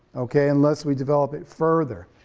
okay, unless we develop it further,